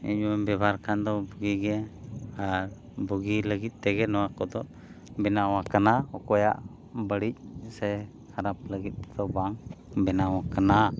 ᱤᱧ ᱦᱚᱧ ᱵᱮᱵᱚᱦᱟᱨ ᱠᱷᱟᱱ ᱫᱚ ᱵᱷᱟᱹᱜᱤ ᱜᱮ ᱟᱨ ᱵᱩᱜᱤ ᱞᱟᱹᱜᱤᱫ ᱛᱮᱜᱮ ᱱᱚᱣᱟ ᱠᱚᱫᱚ ᱵᱮᱱᱟᱣ ᱠᱟᱱᱟ ᱚᱠᱚᱭᱟᱜ ᱵᱟᱹᱲᱤᱡ ᱥᱮ ᱠᱷᱟᱨᱯ ᱞᱟᱹᱜᱤᱫ ᱫᱚ ᱵᱟᱝ ᱵᱮᱱᱟᱣ ᱠᱟᱱᱟ